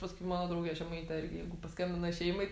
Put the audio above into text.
paskui mano draugė žemaitė irgi jeigu paskambina šeimai